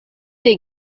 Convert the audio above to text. des